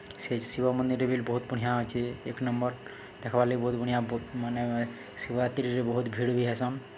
ସେ ଶିବ ମନ୍ଦିରରେ ବି ବହୁତ୍ ବଢ଼ିଆଁ ଅଛେ ଏକ୍ ନମ୍ବର୍ ଦେଖ୍ବାର୍ ଲାଗି ବହୁତ୍ ବଢ଼ିଆଁ ବହୁତ୍ ମାନେ ଶିବରାତ୍ରୀରେ ବହୁତ୍ ଭିଡ଼୍ ବି ହେସନ୍